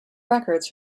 records